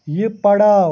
یِہِ پڑاو